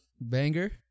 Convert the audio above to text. Banger